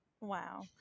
Wow